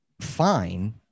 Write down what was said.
fine